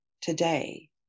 today